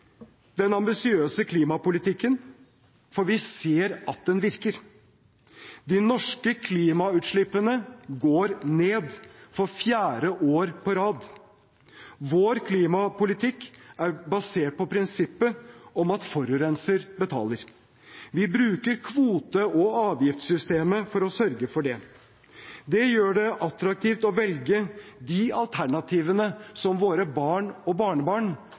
den ambisiøse klimapolitikken, for vi ser at den virker. De norske klimautslippene går ned – for fjerde år på rad. Vår klimapolitikk er basert på prinsippet om at forurenser betaler. Vi bruker kvote- og avgiftssystemet for å sørge for det. Det gjør det attraktivt å velge de alternativene som våre barn og barnebarn